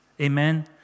Amen